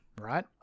Right